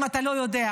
אם אתה לא יודע,